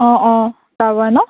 অঁ অঁ তাৰ পৰাই ন